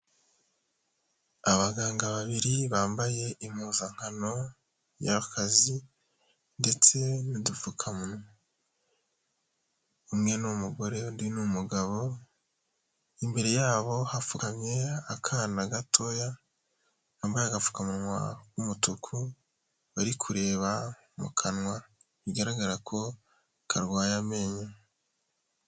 Abaganga babiri bambaye impuzankano y'akazi ndetse n'udupfukamunwa, umwe ni umugore undi ni umugabo, imbere yabo hapfukamye akana gatoya kambaye agapfukamunwa k'umutuku, bari kureba mu kanwa bigaragara ko karwaye amenyo.